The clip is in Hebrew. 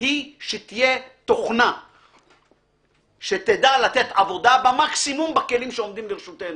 הוא שתהיה תוכנה שתדע לתת עבודה במקסימום בכלים שעומדים לרשותנו.